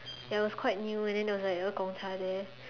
it was quite new and there was like a Gong-Cha there